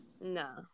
no